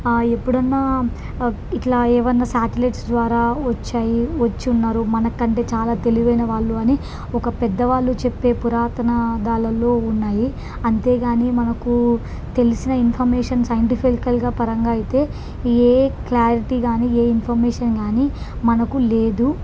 ఎప్పుడన్నా ఇట్లా ఏవన్నా శాటిలైట్స్ ద్వారా వచ్చాయి వచ్చున్నారు మనకంటే చాలా తెలివైన వాళ్ళు అని ఒక పెద్ద వాళ్ళు చెప్పే పురాతన ఆదాలల్లో ఉన్నాయి అంతేకానీ మనకు తెలిసిన ఇన్ఫర్మేషన్ సైంటిఫికల్గా పరంగా అయితే ఏ క్లారిటీ కానీ ఏ ఇన్ఫర్మేషన్ కానీ మనకు లేదు